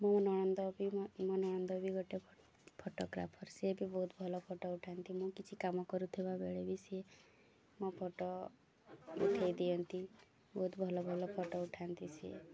ମୋ ନଣନ୍ଦ ବି ମୋ ନଣନ୍ଦ ବି ଗୋଟେ ଫଟୋଗ୍ରାଫର୍ ସିଏ ବି ବହୁତ ଭଲ ଫଟୋ ଉଠାନ୍ତି ମୁଁ କିଛି କାମ କରୁଥିବା ବେଳେ ବି ସିଏ ମୋ ଫଟୋ ଉଠାଇ ଦିଅନ୍ତି ବହୁତ ଭଲ ଭଲ ଫଟୋ ଉଠାନ୍ତି ସିଏ